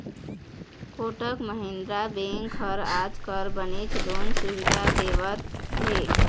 Kotak Mahindra bank ह आजकाल बनेच लोन सुबिधा देवत हे